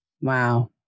Wow